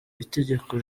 itegeko